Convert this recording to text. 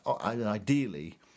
ideally